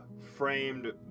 Framed